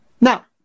Now